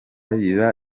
biba